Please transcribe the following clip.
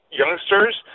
youngsters